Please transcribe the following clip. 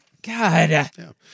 God